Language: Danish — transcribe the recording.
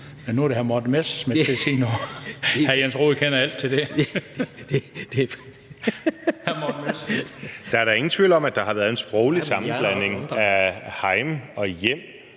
Der er da ingen tvivl om, at der har været en sproglig sammenblanding af heim og hjem